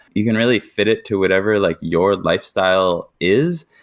you can really fit it to whatever like your lifestyle is,